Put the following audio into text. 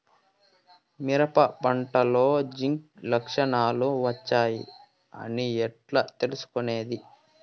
మిరప పంటలో జింక్ లక్షణాలు వచ్చాయి అని ఎట్లా తెలుసుకొనేది?